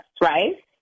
right